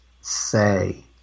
say